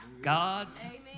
God's